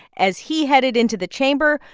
as he headed into the chamber,